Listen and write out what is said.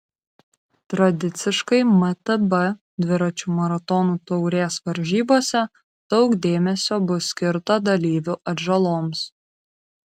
tradiciškai mtb dviračių maratonų taurės varžybose daug dėmesio bus skirta dalyvių atžaloms